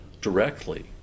directly